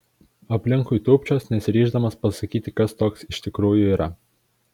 aplinkui tūpčios nesiryždamas pasakyti kas toks iš tikrųjų yra